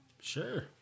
Sure